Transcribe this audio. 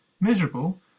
Miserable